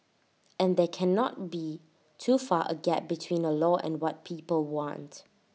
and there cannot be too far A gap between A law and what people want